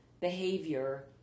behavior